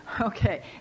Okay